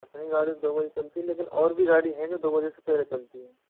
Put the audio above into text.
अपनी गाड़ी दो बजे चलती है लेकिन और भी गाड़ी हैं जो दो बजे से पेहले चलती हैं